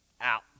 Out